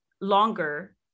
longer